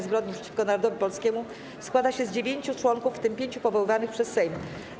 Zbrodni przeciwko Narodowi Polskiemu składa się z dziewięciu członków, w tym pięciu powoływanych przez Sejm.